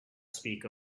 speak